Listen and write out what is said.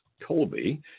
colby